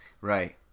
Right